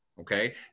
Okay